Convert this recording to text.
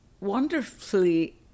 wonderfully